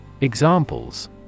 Examples